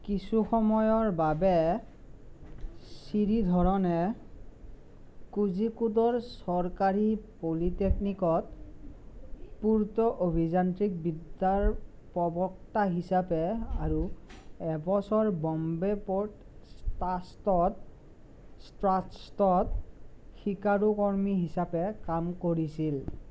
কিছু সময়ৰ বাবে শ্ৰীধৰণে কোঝিকোডৰ চৰকাৰী পলিটেকনিকত পূৰ্ত অভিযান্ত্ৰিক বিদ্যাৰ প্ৰবক্তা হিচাপে আৰু এবছৰ বম্বে প'ৰ্ট ট্ৰাষ্টত ট্ৰাষ্টত শিকাৰুকৰ্মী হিচাপে কাম কৰিছিল